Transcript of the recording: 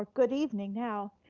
good evening now.